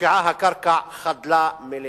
הופקעה הקרקע חדלה מלהתקיים.